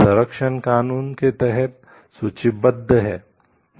संरक्षण कानून के तहत सूचीबद्ध है